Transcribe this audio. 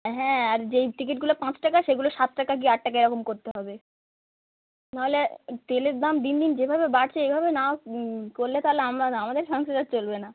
হ্যাঁ আর যেই টিকিটগুলো পাঁচ টাকা সেগুলো সাত টাকা কি আট টাকা এরকম করতে হবে নাহলে তেলের দাম দিন দিন যেভাবে বাড়ছে এভাবে না কোল্লে তালে আমরা আমাদের সংসার আর চলবে না